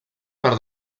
per